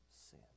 sin